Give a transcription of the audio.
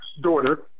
daughter